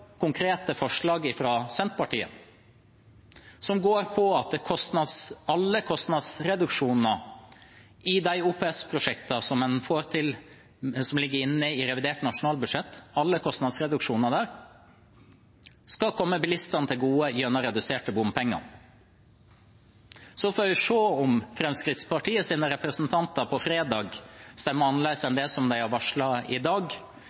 konkrete forslag fra Senterpartiet som går på at alle kostnadsreduksjoner i de OPS-prosjektene som ligger inne i revidert nasjonalbudsjett, skal komme bilistene til gode gjennom reduserte bompenger. Så får vi se om Fremskrittspartiets representanter stemmer annerledes på fredag enn det de har varslet i dag.